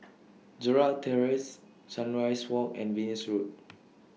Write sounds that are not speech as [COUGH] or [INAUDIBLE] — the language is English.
[NOISE] Gerald Terrace Sunrise Walk and Venus Road